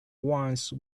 once